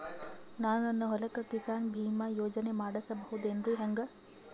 ನಾನು ನನ್ನ ಹೊಲಕ್ಕ ಕಿಸಾನ್ ಬೀಮಾ ಯೋಜನೆ ಮಾಡಸ ಬಹುದೇನರಿ ಹೆಂಗ?